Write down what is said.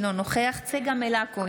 אינו נוכח צגה מלקו,